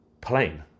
plane